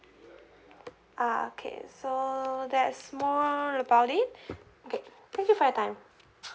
uh okay so that's more about it okay thank you for your time